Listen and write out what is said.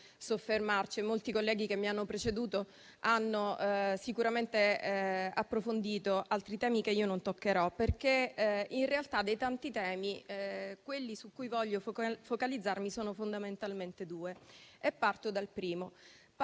molti colleghi che mi hanno preceduta hanno sicuramente approfondito altri argomenti che io non toccherò, perché in realtà dei tanti temi trattati, quelli su cui voglio focalizzarmi sono fondamentalmente due. Parto dal primo.